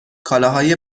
کالاهای